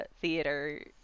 theater